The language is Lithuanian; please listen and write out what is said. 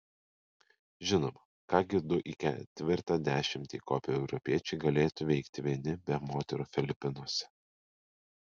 žinoma ką gi du į ketvirtą dešimtį įkopę europiečiai galėtų veikti vieni be moterų filipinuose